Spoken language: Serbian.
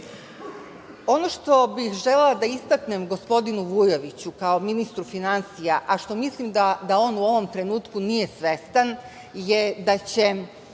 što bih želela da istaknem gospodinu Vujoviću, kao ministru finansija, a što mislim da on u ovom trenutku nije svestan, je da će